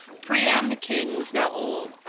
priam, the king, was now old,